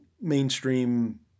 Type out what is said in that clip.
mainstream